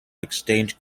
exchange